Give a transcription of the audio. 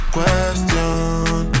Question